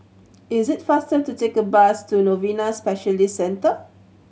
it is faster to take the bus to Novena Specialist Centre